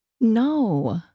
No